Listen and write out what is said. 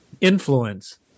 influence